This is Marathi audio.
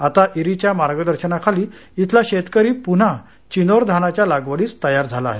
आता इरीच्या मार्गदर्शनाखाली इथला शेतकरी पुन्हा चिनोर धानाच्या लागवडीस तयार झाला आहे